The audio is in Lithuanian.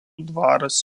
dvaras